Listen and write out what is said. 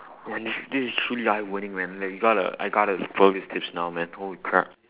damn th~ this is truly eye opening man like you gotta I gotta follow these tips now man holy crap